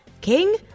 King